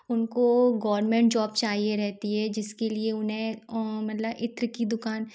उनको government job चाहिए रहती है जिसके लिए उन्हें मतलब इत्र की दुकान